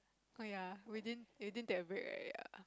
oh ya within within the break right ya